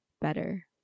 better